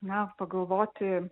na pagalvoti